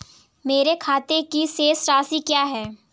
मेरे खाते की शेष राशि क्या है?